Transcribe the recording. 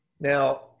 now